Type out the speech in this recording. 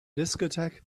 discotheque